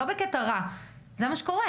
לא בקטע רע, זה מה שקורה.